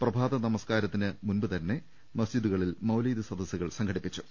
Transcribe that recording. പ്രഭാത നമസ്കാരത്തിന് മുൻപുതന്നെ മസ്ജിദുകളിൽ മൌലിദ് സദ സ്സുകൾ സംഘടിപ്പിച്ചു